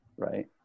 Right